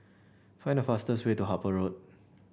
find the fastest way to Harper Road